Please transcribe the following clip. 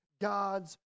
God's